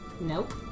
Nope